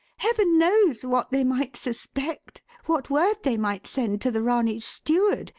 heaven knows what they might suspect, what word they might send to the ranee's steward,